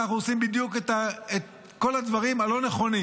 כי אנחנו עושים בדיוק את כל הדברים הלא-נכונים,